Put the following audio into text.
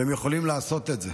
והם יכולים לעשות את זה.